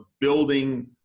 building